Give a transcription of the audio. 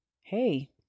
hey